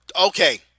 Okay